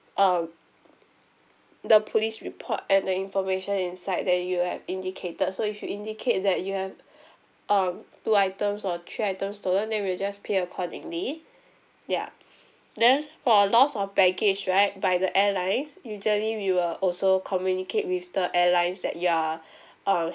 um the police report and the information inside there you have indicated so if you indicate that you have um two items or three items stolen then we'll just pay accordingly ya then for a loss of baggage right by the airlines usually we will also communicate with the airlines that you are uh